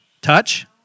touch